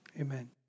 amen